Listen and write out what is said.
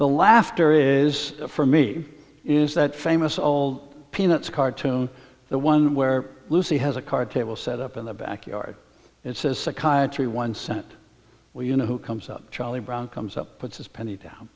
the laughter is for me is that famous old peanuts cartoon the one where lucy has a card table set up in the back yard it says psychiatry one cent where you know who comes up charlie brown comes up puts his penny down